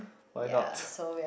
why not